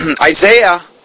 Isaiah